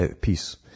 peace